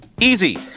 Easy